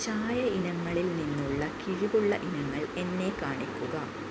ചായ ഇനങ്ങളിൽ നിന്നുള്ള കിഴിവുള്ള ഇനങ്ങൾ എന്നെ കാണിക്കുക